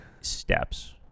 steps